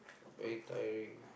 very tiring